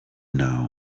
now